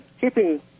keeping